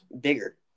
bigger